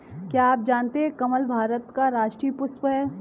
क्या आप जानते है कमल भारत का राष्ट्रीय पुष्प है?